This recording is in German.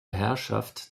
herrschaft